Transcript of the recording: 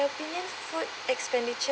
opinion food expenditure